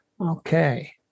Okay